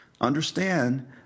Understand